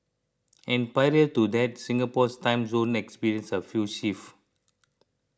and prior to that Singapore's time zone experienced a few shift